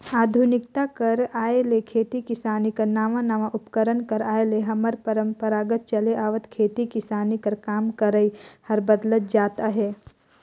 आधुनिकता कर आए ले खेती किसानी कर नावा नावा उपकरन कर आए ले हमर परपरागत चले आवत खेती किसानी कर काम करई हर बदलत जात अहे